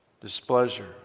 displeasure